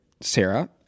Sarah